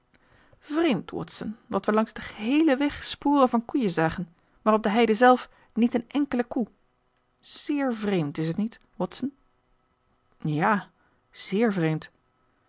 vreemd watson dat wij langs den geheelen weg sporen van koeien zagen maar op de heide zelf niet een enkele koe zeer vreemd is t niet watson ja zeer vreemd